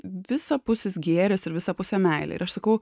visapusis gėris ir visapusė meilė ir aš sakau